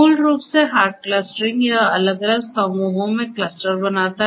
मूल रूप से हार्ड क्लस्टरिंग यह अलग अलग समूहों में क्लस्टर बनाता है